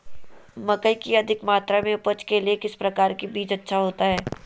मकई की अधिक मात्रा में उपज के लिए किस प्रकार की बीज अच्छा होता है?